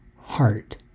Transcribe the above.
heart